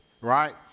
right